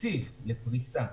בתקציב לפריסה.